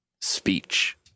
speech